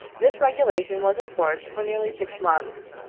this regulation was en forced for nearly six months,